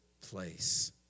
place